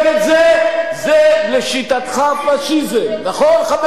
זה לשיטתך פאשיזם, נכון, חבר הכנסת אגבאריה?